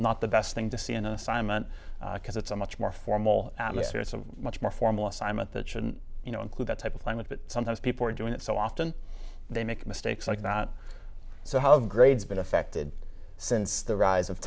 not the best thing to see in an assignment because it's a much more formal atmosphere it's a much more formal assignment that shouldn't you know include that type of climate but sometimes people are doing it so often they make mistakes like that so how grades been affected since the rise of